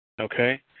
Okay